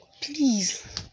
Please